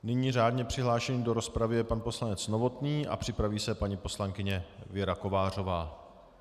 Nyní řádně přihlášený do rozpravy je pan poslanec Novotný a připraví se paní poslankyně Věra Kovářová.